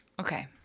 Okay